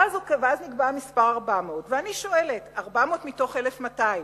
ואז נקבע המספר 400. ואני שואלת: 400 מתוך 1,200,